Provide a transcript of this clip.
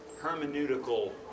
hermeneutical